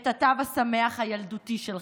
את התו השמח הילדותי שלך?